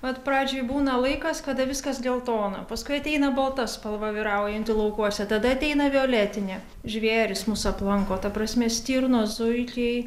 bet pradžioj būna laikas kada viskas geltona paskui ateina balta spalva vyraujanti laukuose tada ateina violetinė žvėrys mus aplanko ta prasme stirnos zuikiai